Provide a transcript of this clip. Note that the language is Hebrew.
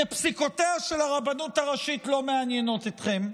כי פסיקותיה של הרבנות הראשית לא מעניינות אתכם,